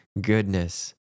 goodness